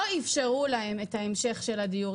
לא אפשרו להם את ההמשך של הדיור.